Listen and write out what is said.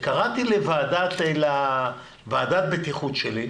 וקראתי לוועדת הבטיחות שלי,